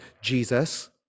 Jesus